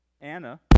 Anna